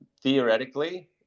Theoretically